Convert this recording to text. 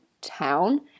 town